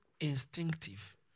instinctive